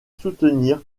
soutenir